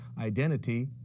Identity